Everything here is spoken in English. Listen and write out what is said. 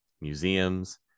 museums